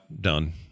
done